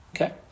Okay